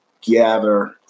gather